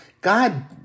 God